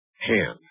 hand